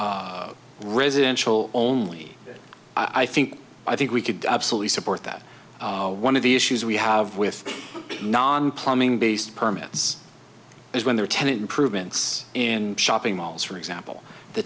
for residential only i think i think we could absolutely support that one of the issues we have with non plumbing based permits is when there are ten improvements in shopping malls for example the